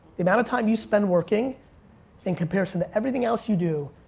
the amount of time you spend working in comparison to everything else you do,